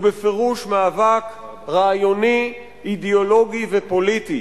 הוא בפירוש מאבק רעיוני, אידיאולוגי ופוליטי,